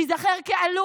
תיזכר כעלוב,